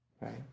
right